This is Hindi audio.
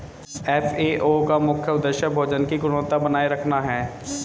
एफ.ए.ओ का मुख्य उदेश्य भोजन की गुणवत्ता बनाए रखना है